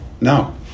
No